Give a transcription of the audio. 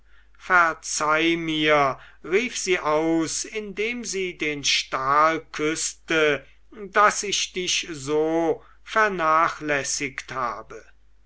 verzeih mir rief sie aus indem sie den stahl küßte daß ich dich so vernachlässigt habe